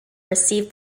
received